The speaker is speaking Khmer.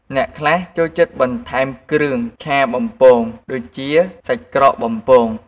អ្នកខ្លះចូលចិត្តបន្ថែមគ្រឿងឆាបំពង ដូចជាសាច់ក្រកបំពង។